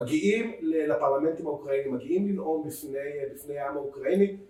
מגיעים לפרלמנטים האוקראינים, מגיעים לנאום לפני העם האוקראיני